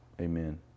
Amen